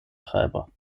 treiber